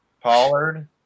Pollard